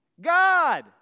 God